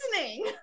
listening